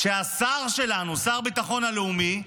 שהשר שלנו, השר לביטחון לאומי,